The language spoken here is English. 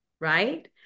right